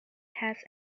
has